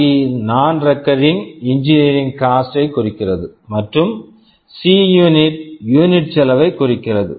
இ CNRE non recurring engineering cost non recurring engineering cost ஐ குறிக்கிறது மற்றும் Cயூனிட்Cunit யூனிட் unit செலவைக் குறிக்கிறது